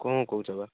କ'ଣ କହୁଛ ବା